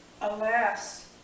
Alas